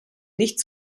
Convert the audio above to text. nicht